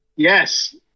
Yes